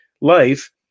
life